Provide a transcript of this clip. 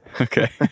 Okay